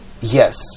Yes